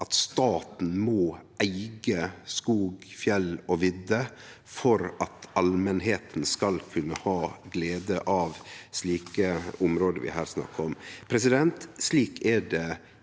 at staten må eige skog, fjell og vidder for at allmenta skal kunne ha glede av slike område som vi her snakkar om. Slik er det